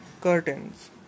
curtains